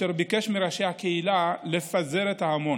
והוא ביקש מראשי הקהילה לפזר את ההמון.